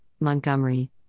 Montgomery